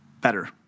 better